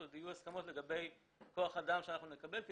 יהיו הסכמות לגבי כוח אדם שאנחנו נקבל.